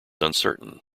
uncertain